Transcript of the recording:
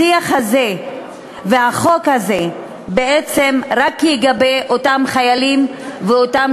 השיח הזה והחוק הזה בעצם רק לגבי אותם חיילים ואותם